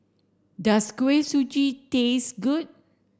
does Kuih Suji taste good